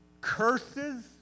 curses